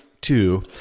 Two